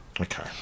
Okay